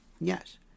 Yes